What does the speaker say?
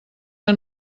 que